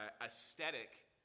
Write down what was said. aesthetic